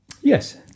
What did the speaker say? yes